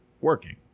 working